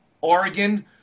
Oregon